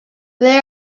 they